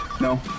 No